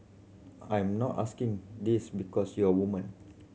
I'm not asking this because you're a woman